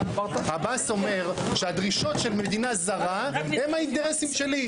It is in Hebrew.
עבאס אומר שהדרישות של מדינה זרה הן האינטרסים שלי.